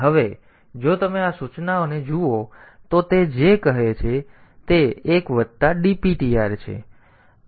હવે જો તમે આ સૂચનાને જુઓ તો તે જે કહે છે તે એક વત્તા dptr છે